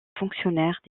fonctionnaires